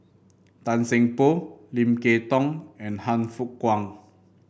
Tan Seng Poh Lim Kay Tong and Han Fook Kwang